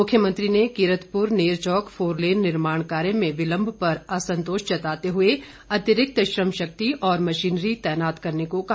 मुख्यमंत्री ने कीरतपुर नेरचौक फोरलेन निर्माण कार्य में विलम्ब पर असंतोष जताते हुए अतिरिक्त श्रम शक्ति और मशीनरी तैनात करने को कहा